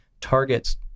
Target's